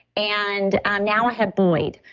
and now i have, boyd.